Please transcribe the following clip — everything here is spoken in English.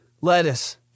lettuce